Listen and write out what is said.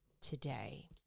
today